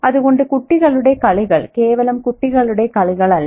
അതുകൊണ്ട് കുട്ടികളുടെ കളികൾ കേവലം കുട്ടികളുടെ കളികളല്ല